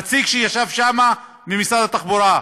נציג שישב שם ממשרד התחבורה,